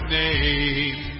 name